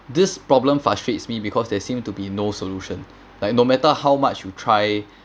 this problem frustrates me because there seem to be no solution like no matter how much you try